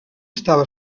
estava